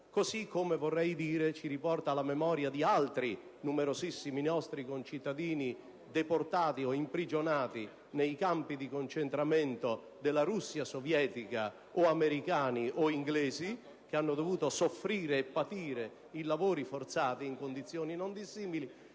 così come - vorrei dire - ci riporta alla memoria di altri numerosissimi nostri concittadini deportati o imprigionati nei campi di concentramento della Russia sovietica, o americani, o inglesi, che hanno dovuto soffrire e patire i lavori forzati in condizioni non dissimili.